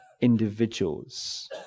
individuals